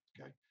okay